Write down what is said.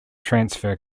transfer